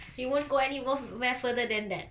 he won't go anymore where further than that